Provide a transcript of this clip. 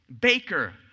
Baker